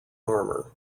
armor